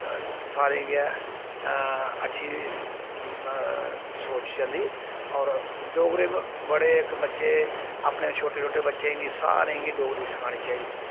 सारे गै अच्छी सोच जंदी होर डोगरे बड़े इक बच्चे अपने छोटे छोटे बच्चें गी सारें गी डोगरी सखानी चाहिदी